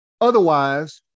Otherwise